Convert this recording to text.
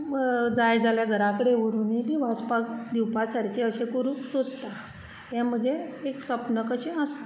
जाय जाल्यार घरा कडेन व्हरूनय बी वाचपाक दिवपा सारके अशें करूंक सोदता हें म्हजें एक स्वप्न कशें आसा